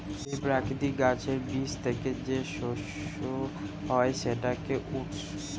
জই প্রকৃতির গাছের বীজ থেকে যে শস্য হয় সেটাকে ওটস